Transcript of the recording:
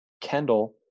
Kendall